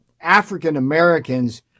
African-Americans